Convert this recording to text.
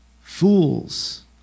Fools